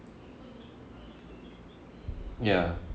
ya